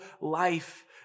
life